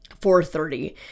4.30